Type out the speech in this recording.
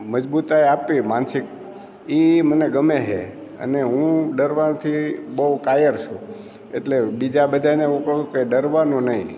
મજબુતાઈ આપવી માનસિક એ મને ગમે છે અને હું ડરવાથી બહુ કાયર છું એટલે બીજા બધાને હું કહું કે ડરવાનું નહીં